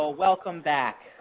ah welcome back.